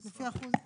לפי אחוז המשרה,